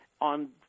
on